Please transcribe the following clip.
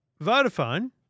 Vodafone